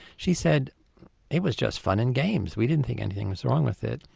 she said it was just fun and games, we didn't think anything was wrong with it.